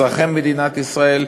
אזרחי מדינת ישראל,